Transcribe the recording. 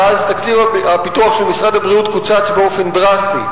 אז תקציב הפיתוח של משרד הבריאות קוצץ באופן דרסטי,